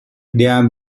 their